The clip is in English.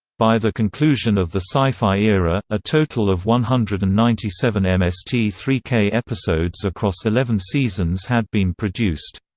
by the conclusion of the sci-fi era, a total of one hundred and ninety seven m s t three k episodes across eleven seasons had been produced.